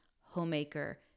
Homemaker